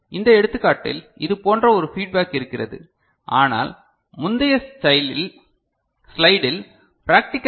இந்த எடுத்துக்காட்டில் இதுபோன்ற ஒரு ஃபீட்பேக் இருக்கிறது ஆனால் முந்தைய ஸ்லைடில் ப்ராக்டிகல் ஐ